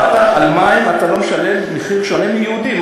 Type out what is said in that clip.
על מים אתה לא משלם מחיר שונה מיהודי.